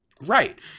Right